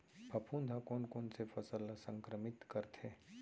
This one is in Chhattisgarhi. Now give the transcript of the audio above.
फफूंद ह कोन कोन से फसल ल संक्रमित करथे?